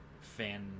fan